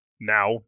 now